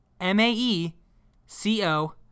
m-a-e-c-o